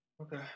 Okay